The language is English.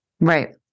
right